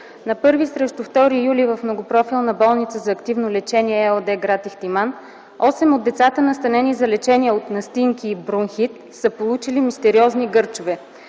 На 1 срещу 2 юли т.г. в „Многопрофилна болница за активно лечение” ЕООД – гр. Ихтиман осем от децата, настанени за лечение от настинки и бронхит са получили мистериозни гърчове.